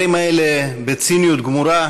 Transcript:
הבין-לאומי,